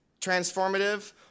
transformative